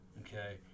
okay